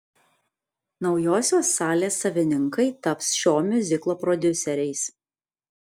naujosios salės savininkai taps šio miuziklo prodiuseriais